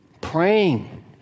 Praying